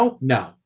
No